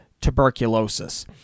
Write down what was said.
tuberculosis